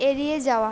এড়িয়ে যাওয়া